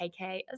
KK